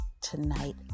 tonight